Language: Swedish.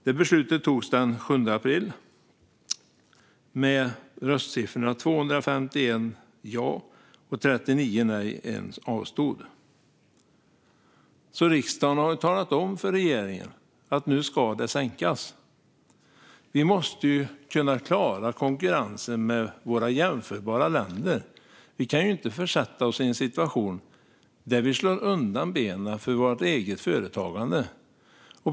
Det beslutet togs den 7 april med röstsiffrorna 251 ja och 39 nej. En avstod. Riksdagen har alltså talat om för regeringen att det ska sänkas nu. Vi måste kunna klara konkurrensen med jämförbara länder. Vi kan inte försätta oss i en situation där vi slår undan benen för vårt eget företagande.